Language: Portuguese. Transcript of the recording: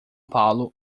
paulo